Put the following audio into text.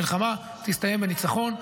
המלחמה תסתיים בניצחון,